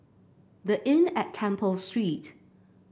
The Inn at Temple Street